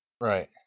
Right